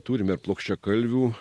turime plokščiakalvių